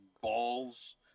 balls